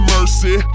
Mercy